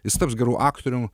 jis taps geru aktorium